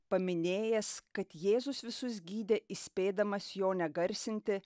paminėjęs kad jėzus visus gydė įspėdamas jo negarsinti